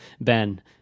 Ben